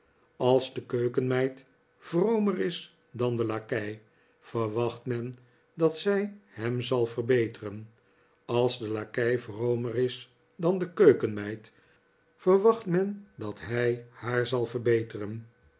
als de keukenmeid vromer is dan de lakei verwacht men dat zij hem zal verbeteren als de lakei vromer is dan de keukenmeid verwacht men dat hij haar zal verbeteren